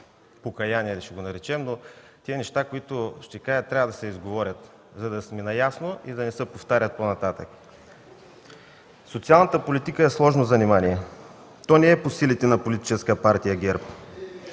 имаше, да го наречем „покаяние”, но нещата, които ще кажа, трябва да се изговорят, за да сме наясно и да не се повтарят по-нататък. Социалната политика е сложно занимание, то не е по силите на Политическа партия ГЕРБ.